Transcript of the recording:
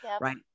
right